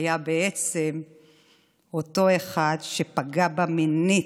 היה בעצם אותו אחד שפגע בה מינית.